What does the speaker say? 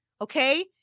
okay